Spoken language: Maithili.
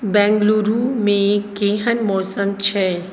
बेङ्गलुरुमे केहन मौसम छै